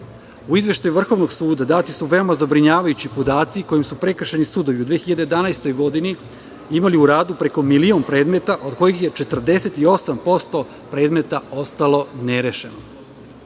izveštaju Vrhovnog suda dati su veoma zabrinjavajući podaci, kojim su prekršajni sudovi u 2011. godini imali u radu preko milion predmeta, od kojih je 48% predmeta ostalo nerešeno.